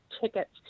tickets